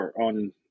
on